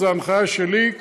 וזו הנחיה שלי.